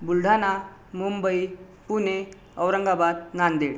Buldhana Mumbai Pune Aurangabad Nanded